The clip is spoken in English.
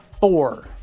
Four